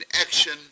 action